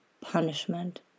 punishment